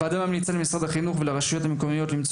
הוועדה ממליצה למשרד החינוך ולרשויות המקומיות למצוא